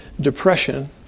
depression